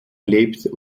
lebt